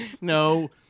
No